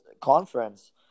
conference